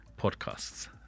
podcasts